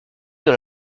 dans